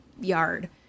yard